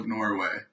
Norway